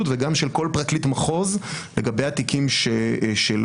וגם של כל פרקליט מחוז לגבי התיקים שלו.